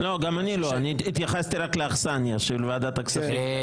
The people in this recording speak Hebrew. גם אני לא, התייחסתי רק לאכסניה של ועדת הכספים.